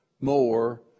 more